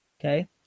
okay